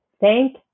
thank